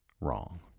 wrong